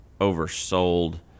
oversold